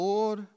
Lord